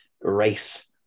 race